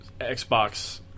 Xbox